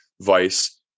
vice